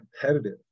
competitive